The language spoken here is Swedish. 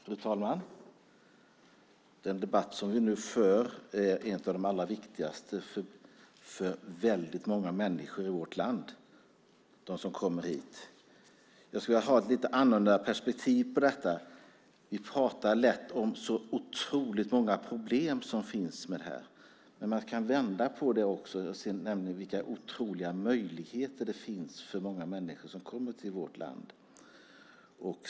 Fru talman! Den debatt vi nu för är en av de allra viktigaste för väldigt många människor som kommer till vårt land. Jag skulle vilja se på detta från ett lite annorlunda perspektiv. Vi talar så lätt om de många problem som finns, men man kan också vända på det hela och se vilka otroliga möjligheter det finns för många människor som kommer hit.